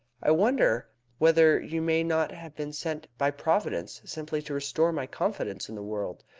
i wonder whether you may not have been sent by providence simply to restore my confidence in the world.